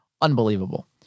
unbelievable